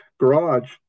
garage